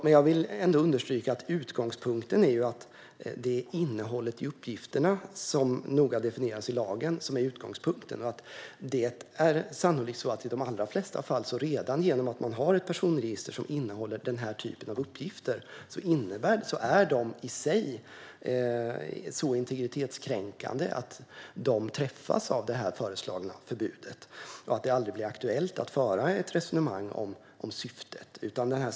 Men jag vill understryka att utgångspunkten är att det är innehållet i uppgifterna, som noga definieras i lagen, som är utgångspunkten. I de allra flesta fall där ett personregister som innehåller den här typen av uppgifter finns är registret sannolikt redan så integritetskränkande i sig att det träffas av det föreslagna förbudet. Det blir därför aldrig blir aktuellt att föra ett resonemang om syftet.